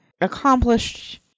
accomplished